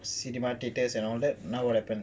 cinema theatres and all that now what happened